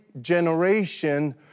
generation